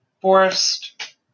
Forest